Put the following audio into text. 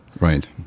right